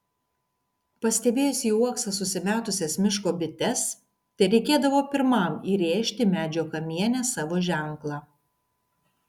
pastebėjus į uoksą susimetusias miško bites tereikėdavo pirmam įrėžti medžio kamiene savo ženklą